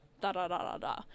da-da-da-da-da